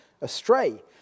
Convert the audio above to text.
astray